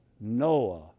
Noah